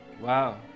Wow